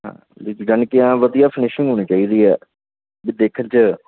ਹਾਂ ਯਾਨੀ ਕਿ ਐਨ ਵਧੀਆ ਫਿਨਿਸ਼ਿੰਗ ਹੋਣੀ ਚਾਹੀਦੀ ਹੈ ਵੀ ਦੇਖਣ 'ਚ